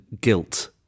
guilt